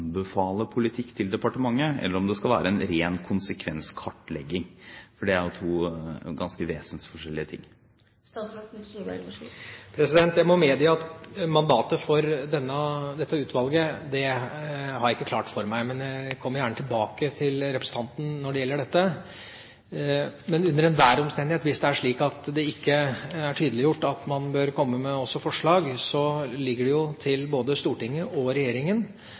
det skal være en ren konsekvenskartlegging, for det er to ganske vesensforskjellige ting. Jeg må medgi at mandatet for dette utvalget har jeg ikke klart for meg, men jeg kommer gjerne tilbake til representanten når det gjelder dette. Men under enhver omstendighet, hvis det er slik at det ikke er tydeliggjort at man bør komme med forslag, ligger det til både Stortinget og regjeringen,